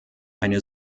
eine